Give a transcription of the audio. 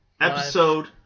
episode